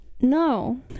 No